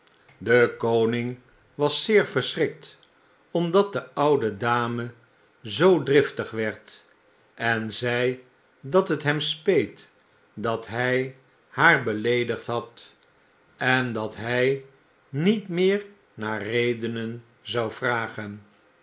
de koning was zeer verschrikt omdat de oude dame zoo driftig werd en zei dat het hem speet dat hij haar beleedigd had en dat hy niet meer naar redenen zou vragen